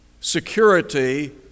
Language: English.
Security